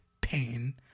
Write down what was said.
pain